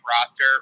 roster